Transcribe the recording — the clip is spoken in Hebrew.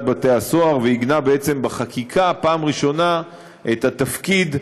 בתי-הסוהר ועיגנה בחקיקה בפעם הראשונה את תפקידו